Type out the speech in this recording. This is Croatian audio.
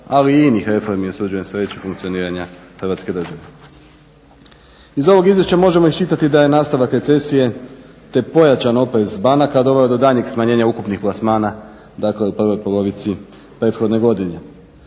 ali i inih reformi usuđujem se reći i funkcioniranja Hrvatske države. Iz ovog izvješća možemo iščitati da je nastavak recesije te pojačan oprez banaka doveo do daljnjeg smanjenja ukupnih plasmana, dakle u prvoj polovici prethodne godine.